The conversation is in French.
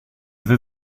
vais